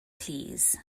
plîs